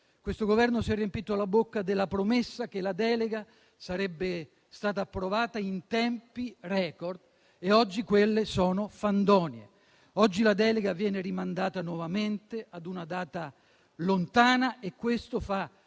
spregiudicatezza; si è riempito la bocca della promessa che la delega sarebbe stata approvata in tempi *record* e oggi quelle si sono dimostrate solo fandonie. Oggi la delega viene rimandata nuovamente a una data lontana e questo fa